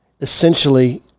essentially